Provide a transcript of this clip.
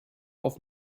auf